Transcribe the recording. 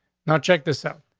now check this out.